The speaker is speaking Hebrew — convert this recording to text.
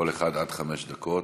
לכל אחד עד חמש דקות.